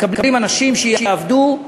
מקבלים אנשים שיעבדו.